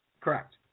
Correct